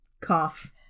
Cough